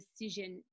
decision